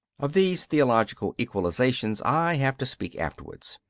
of these theological equalisations i have to speak afterwards.